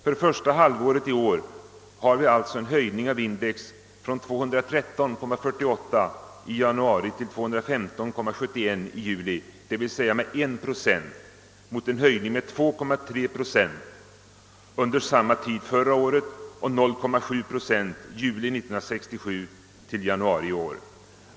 För första halvåret i år har vi alltså en höjning av index från 213,48 i januari till 215,71 i juli, dvs. med 1 procent mot 2,3 procent under samma tid förra året och 0,7 procent från juli 1967 till januari i år.